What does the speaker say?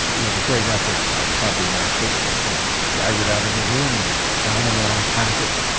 with a great effort i conquered my faintness, and staggered out of the room and down the long passage.